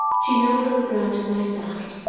she knelt on the ground at my side,